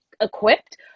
equipped